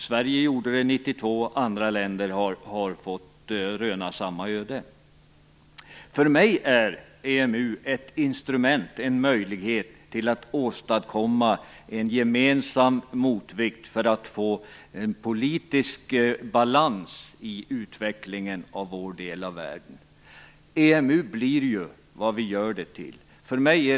Sverige gjorde det 1992, och andra länder har rönt samma öde. För mig är EMU ett instrument, en möjlighet till att åstadkomma en gemensam motvikt för att få en politisk balans i utvecklingen i vår del av världen. EMU blir vad vi gör den till.